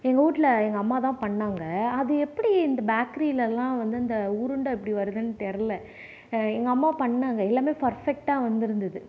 எங்க வீட்ல எங்க அம்மா தான் பண்ணாங்க அது எப்படி இந்த பேக்கரியிலல்லாம் வந்து இந்த உருண்டை எப்படி வருதுன்னு தெரில எங்க அம்மா பண்ணாங்க எல்லாமே பர்ஃபெக்ட்டாக வந்து இருந்தது